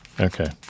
Okay